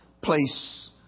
place